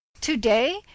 to-day